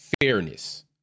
fairness